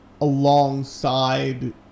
alongside